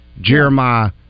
Jeremiah